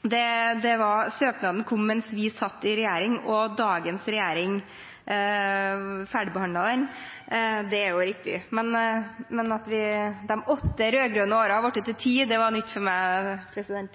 At søknaden kom mens vi satt i regjering, og at dagens regjering ferdigbehandlet den, er riktig. Men at de åtte rød-grønne årene har blitt til ti, det var nytt for meg.